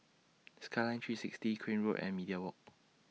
Skyline three sixty Crane Road and Media Walk